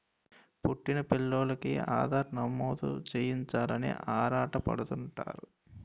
పుట్టిన పిల్లోలికి ఆధార్ నమోదు చేయించాలని ఆరాటపడుతుంటారు